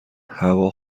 هوا